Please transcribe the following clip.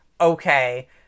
okay